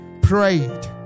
prayed